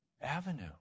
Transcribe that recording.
avenue